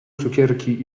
cukierki